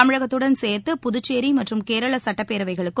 தமிழகத்துடன் சேர்த்து புதுச்சேரி மற்றும் கேரள சுட்டப்பேரவைகளுக்கும்